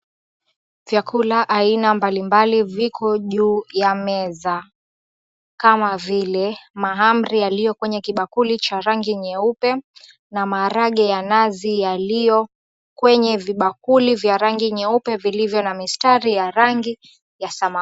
Vyakula aina mbalimbali viko juu ya meza. Kama vile mahamri yaliyo kwenye kibakuli cha rangi nyeupe na maharagwe ya nazi yaliyo kwenye vibakuli vya rangi nyeupe vilivyo na mistari ya rangi ya samawati.